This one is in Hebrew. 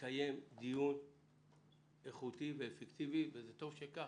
לקיים דיון איכותי ואפקטיבי, וטוב שכך.